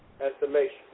estimation